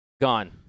gone